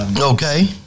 Okay